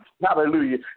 Hallelujah